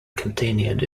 continued